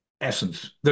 essence